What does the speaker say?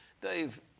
Dave